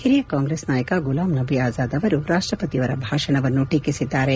ಓರಿಯ ಕಾಂಗ್ರೆಸ್ ನಾಯಕ ಗುಲಾಂ ನಭಿ ಆಜಾದ್ ಅವರು ರಾಷ್ಷಪತಿಯವರ ಭಾಷಣವನ್ನು ಟೀಕಿಸಿದ್ದಾರೆ